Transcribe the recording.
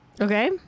Okay